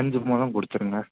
அஞ்சு முழம் கொடுத்துருங்க